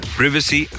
privacy